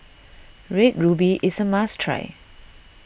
Red Ruby is a must try